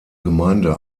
gemeinde